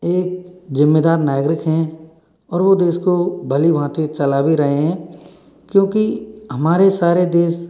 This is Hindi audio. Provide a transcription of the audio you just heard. एक जिम्मेदार नागरिक हैं और वो देश को भली भाँती चला भी रहे हैं क्योंकि हमारे सारे देश